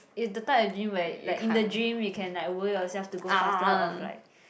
is the type of dream where like in the dream you can like will yourself to go faster of like